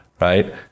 right